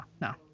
no